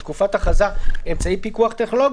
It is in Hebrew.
-- את הסעיף הזה שהוא נמצא ממילא בסוף,